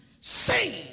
sing